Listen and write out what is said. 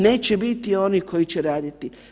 Neće biti onih koji će raditi.